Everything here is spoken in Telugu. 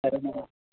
సరే మేడం